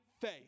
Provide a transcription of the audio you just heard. faith